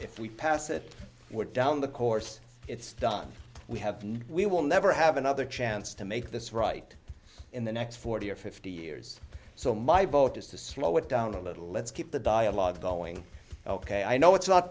if we pass it down the course it's done we have no we will never have another chance to make this right in the next forty or fifty years so my vote is to slow it down a little let's keep the dialogue going ok i know it's not